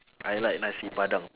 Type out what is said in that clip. I like nasi padang